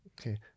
Okay